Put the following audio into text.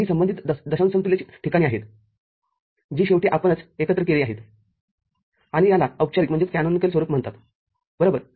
तर ही संबंधित दशांश समतुल्य ठिकाणे आहेत जी शेवटी आपणच एकत्रित केली आहेत आणि याला औपचारिक स्वरूप म्हणतात बरोबर